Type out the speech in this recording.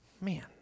Man